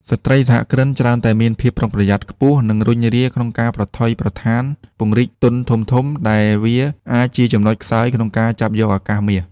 ស្ត្រីសហគ្រិនច្រើនតែមានភាពប្រុងប្រយ័ត្នខ្ពស់ និងរុញរាក្នុងការប្រថុយប្រថានពង្រីកទុនធំៗ ដែលវាអាចជាចំណុចខ្សោយក្នុងការចាប់យកឱកាសមាស។